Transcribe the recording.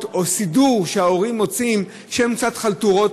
או סידור שההורים מוצאים שהם קצת חלטורות,